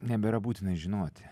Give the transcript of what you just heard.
nebėra būtina žinoti